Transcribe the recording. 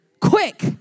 quick